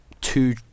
two